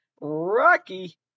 Rocky